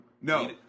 No